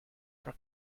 for